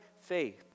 faith